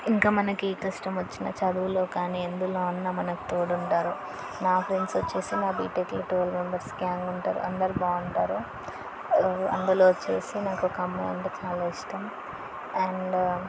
ఇంకా మనకి ఏ కష్టం వచ్చిన చదువులో కానీ ఎందులో అన్న మనకు తోడు ఉంటారు నా ఫ్రెండ్స్ వచ్చి నాట్ నా బీటెక్లో ట్వల్వ్ మెంబర్స్ గ్యాంగ్ ఉంటారు అందరు బాగుంటారు అందులో వచ్చి నాకు ఒక అమ్మాయి అంటే చాలా ఇష్టం అండ్